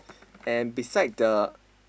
and beside the